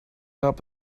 gab